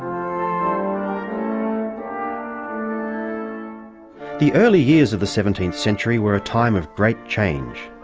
um the early years of the seventeenth century were a time of great change.